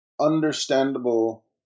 understandable